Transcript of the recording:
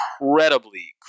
incredibly